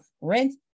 rent